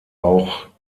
auch